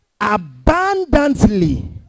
abundantly